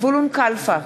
זבולון קלפה,